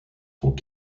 sont